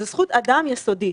זה זכות אדם יסודית.